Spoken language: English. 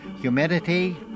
Humidity